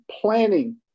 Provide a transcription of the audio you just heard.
Planning